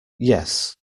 yes